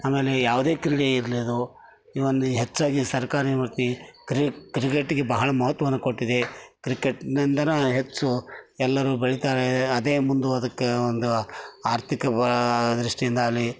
ಆಮೇಲೆ ಯಾವುದೇ ಕ್ರೀಡೆ ಇರಲಿ ಅದು ನೀವೊಂದು ಹೆಚ್ಚಾಗಿ ಸರ್ಕಾರಿ ಕ್ರಿಕೆಟ್ಟಿಗೆ ಬಹಳ ಮಹತ್ವವನ್ನು ಕೊಟ್ಟಿದೆ ಕ್ರಿಕೆಟ್ಟಿನಿಂದಲೇ ಹೆಚ್ಚು ಎಲ್ಲರೂ ಬೆಳೀತಾರೆ ಅದೇ ಮುಂದು ಅದಕ್ಕೆ ಒಂದು ಆರ್ಥಿಕ ದೃಷ್ಟಿಯಿಂದ ಅಲ್ಲಿ